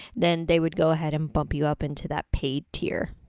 then they would go ahead and bump you up into that paid tier.